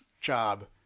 job